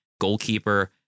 goalkeeper